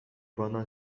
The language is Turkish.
bana